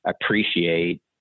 appreciate